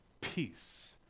peace